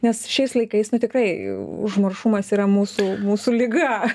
nes šiais laikais nu tikrai užmaršumas yra mūsų mūsų liga